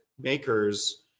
makers